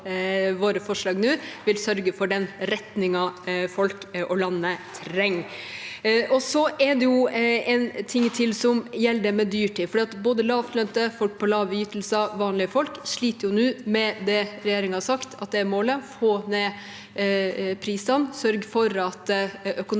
våre forslag nå vil sørge for den retningen folk og landet trenger. Det er én ting til som gjelder det med dyrtid, for både lavtlønte, folk på lave ytelser og vanlige folk sliter nå med det regjeringen har sagt at er målet: å få ned prisene og sørge for at økonomien